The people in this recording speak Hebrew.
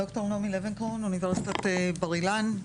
ד"ר נעמי לבנקרון, אוניברסיטת בר אילן.